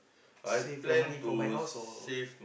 save your money for buy house or